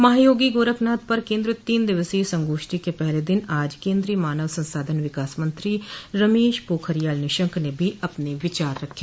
महायोगी गोरखनाथ पर केन्द्रित तीन दिवसीय संगोष्ठी के पहले दिन आज केन्द्रीय मानव संसाधन विकास मंत्री रमेश पोखरियाल निशंक ने भी अपने विचार रखे